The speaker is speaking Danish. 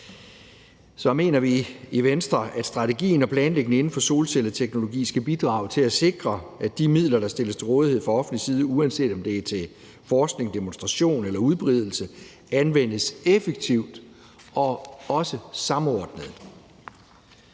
Så mener vi i Venstre, at strategien og planlægningen inden for solcelleteknologi skal bidrage til at sikre, at de midler, der stilles til rådighed fra offentlig side, uanset om det er til forskning, demonstration eller udbredelse, anvendes effektivt og også samordnet.